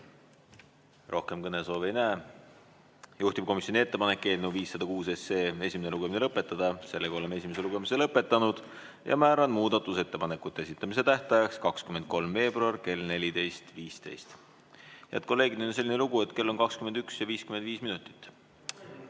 Rohkem kõnesoove ei näe. Juhtivkomisjoni ettepanek on eelnõu 506 esimene lugemine lõpetada. Oleme esimese lugemise lõpetanud. Määran muudatusettepanekute esitamise tähtajaks 23. veebruari kell 14.15.Head kolleegid! Nüüd on selline lugu, et kell on 21 ja 55 minutit